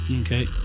Okay